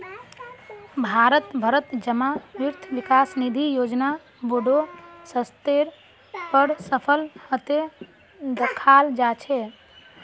भारत भरत जमा वित्त विकास निधि योजना बोडो स्तरेर पर सफल हते दखाल जा छे